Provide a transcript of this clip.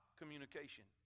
communication